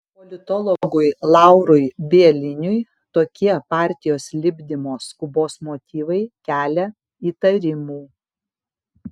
politologui laurui bieliniui tokie partijos lipdymo skubos motyvai kelia įtarimų